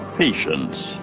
Patience